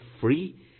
free